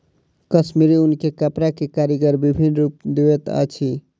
कश्मीरी ऊन के कपड़ा के कारीगर विभिन्न रूप दैत अछि